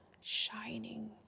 shining